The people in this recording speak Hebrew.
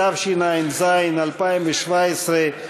התשע"ז 2017,